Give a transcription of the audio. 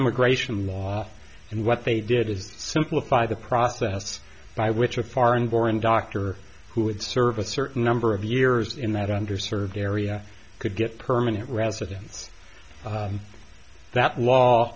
immigration law and what they did is simplify the process by which a foreign born doctor who would serve a certain number of years in that under served area could get permanent residence that la